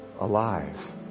alive